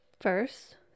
First